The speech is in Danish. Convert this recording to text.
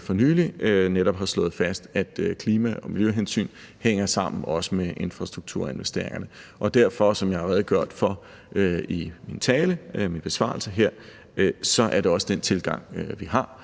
for nylig netop har slået fast, at klima- og miljøhensyn også hænger sammen med infrastrukturinvesteringerne. Og derfor er det også – hvad jeg har redegjort for i min besvarelse her – den tilgang, vi har.